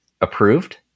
approved